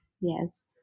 Yes